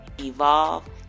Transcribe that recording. evolve